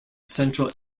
central